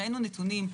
הראינו נתונים.